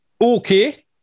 okay